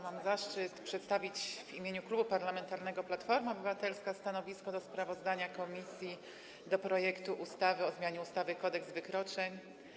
Mam zaszczyt przedstawić w imieniu Klubu Parlamentarnego Platforma Obywatelska stanowisko wobec sprawozdania komisji dotyczącego projektu ustawy o zmianie ustawy Kodeks wykroczeń.